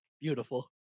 Beautiful